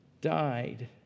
died